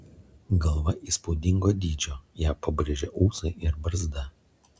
galva įspūdingo dydžio ją pabrėžia ūsai ir barzda